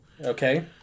okay